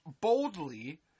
boldly